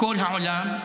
כל העולם,